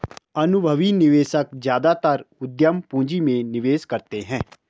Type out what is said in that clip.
अनुभवी निवेशक ज्यादातर उद्यम पूंजी में निवेश करते हैं